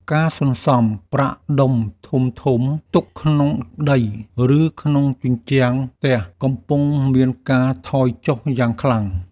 ការសន្សំប្រាក់ដុំធំៗទុកក្នុងដី ឬក្នុងជញ្ជាំងផ្ទះ កំពុងមានការថយចុះយ៉ាងខ្លាំង។